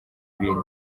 ibindi